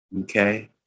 okay